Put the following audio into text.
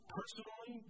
personally